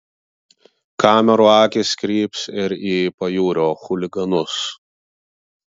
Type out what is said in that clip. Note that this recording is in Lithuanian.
kamerų akys kryps ir į pajūrio chuliganus